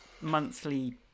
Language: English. monthly